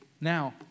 Now